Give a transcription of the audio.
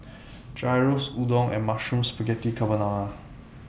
Gyros Udon and Mushroom Spaghetti Carbonara